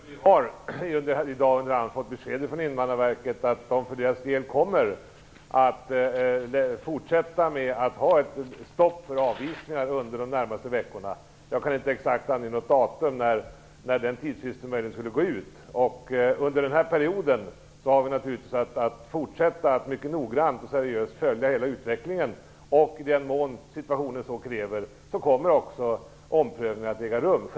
Fru talman! Jag sade tidigare att vi i dag har fått besked från Invandrarverket att de kommer att fortsätta att ha ett stopp för avvisningar under de närmaste veckorna. Jag kan inte ange något exakt datum när den tidsfristen möjligen skulle gå ut. Under den här perioden måste vi naturligtvis fortsätta att mycket noggrant och seriöst följa hela utvecklingen. I den mån situationen så kräver kommer också omprövningar att äga rum.